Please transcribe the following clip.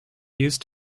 used